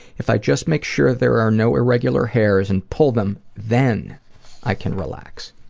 if i just make sure there are no irregular hairs and pull them, then i can relax.